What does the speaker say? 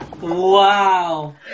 wow